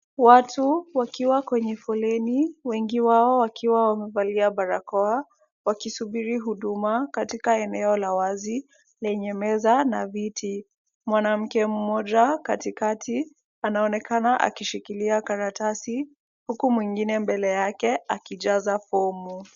Watu wakiwa kwenye foleni, wengi wao wakiwa wamevalia barakoa, wakisubiri huduma katika eneo la wazi, lenye meza na viti. Mwanamke mmoja katikati anaonekana akishikilia karatasi huku mwingine mbele yake akijaza fomu.